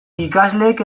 ikasleek